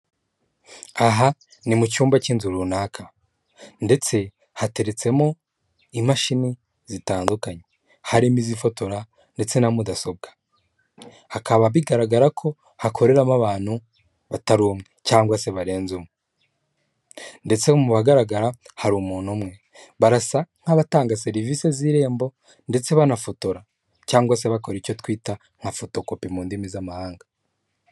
Aha ni mu cyumba cy'inzu runaka ndetse hateretsemo imashini zitandukanye, harimo izifotora ndetse na mudasobwa hakaba bigaragara ko hakoreramo abantu batari umwe cyangwa se barenze umwe, ndetse mu bagaragara hari umuntu umwe barasa nk'abatanga serivisi z'irembo ndetse banafotora cyangwa se bakora icyo twita nka photocopy mu ndimi z'amahanga.